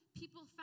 people